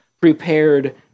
prepared